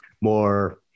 more